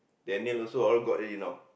Daniel also all got already now